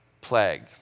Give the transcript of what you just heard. plague